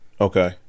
Okay